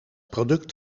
product